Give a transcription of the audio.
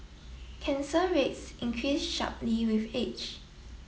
cancer rates increase sharply with age